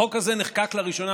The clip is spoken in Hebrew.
החוק הזה נחקק לראשונה,